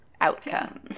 outcome